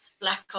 black